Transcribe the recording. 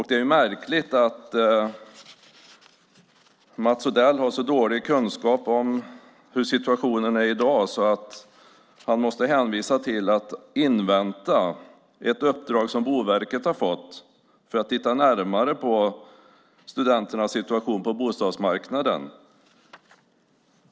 Det är märkligt att Mats Odell har så dålig kunskap om hur situationen är i dag att han måste hänvisa till att invänta ett uppdrag som Boverket har fått för att närmare titta på studenternas situation på bostadsmarknaden.